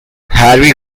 harry